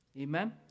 Amen